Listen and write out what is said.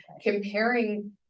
comparing